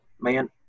man